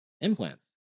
implants